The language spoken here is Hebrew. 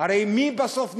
הרי מי בסוף נפגע?